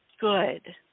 good